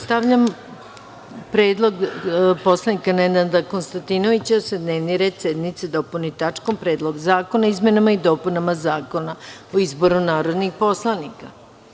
Stavljam na glasanje predlog narodnog poslanika Nenada Konstantinovića da se dnevni red sednice dopuni tačkom - Predlog zakona o izmenama i dopunama Zakona o izboru narodnih poslanika.